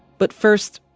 but first,